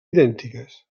idèntiques